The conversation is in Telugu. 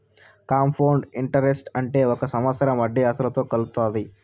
కాంపౌండ్ ఇంటరెస్ట్ అంటే ఒక సంవత్సరం వడ్డీ అసలుతో కలుత్తాది